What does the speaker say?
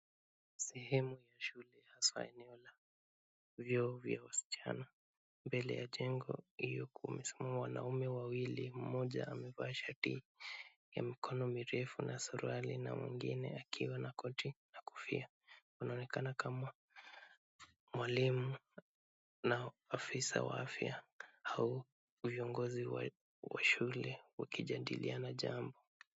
Sehemu ya shule hasa eneo la vyoo vya wasichana. Mbele ya jengo hilo kumesimama wanaume wawili, mmoja amevaa shati ya mikono mirefu na suruali na mwingine akiwa na koti na kofia. Wanaonekana kama mwalimu na afisa wa afya au viongozi wa shule wakijadiliana jambo.